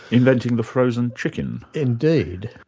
inventing the frozen chicken. indeed.